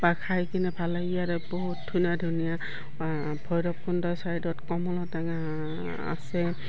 বা খাই কিনে ভাল লাগি আৰু বহুত ধুনীয়া ধুনীয়া ভৈৰৱকুণ্ড ছাইডত কমলা টেঙা আছে